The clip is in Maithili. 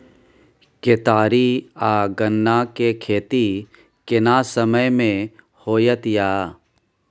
केतारी आ गन्ना के खेती केना समय में होयत या?